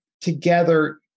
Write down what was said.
together